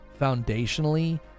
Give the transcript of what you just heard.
foundationally